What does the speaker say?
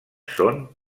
són